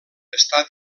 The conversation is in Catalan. està